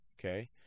okay